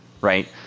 right